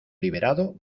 liberado